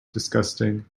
disgusting